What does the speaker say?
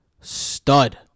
stud